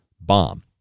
bomb